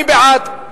מי בעד?